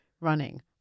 running